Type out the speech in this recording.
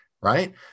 right